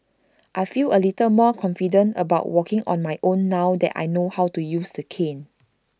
I feel A little more confident about walking on my own now that I know how to use the cane